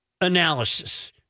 analysis